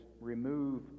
remove